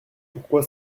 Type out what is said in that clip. pourquoi